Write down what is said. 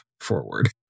forward